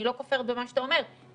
אני לא כופרת במה שאתה אומר,